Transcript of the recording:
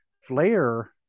Flair